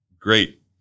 Great